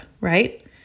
right